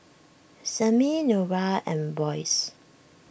Sammie Norah and Boyce